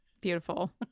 Beautiful